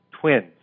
twins